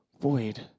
void